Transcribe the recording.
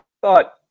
thought